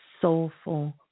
soulful